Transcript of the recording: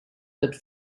that